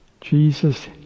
Jesus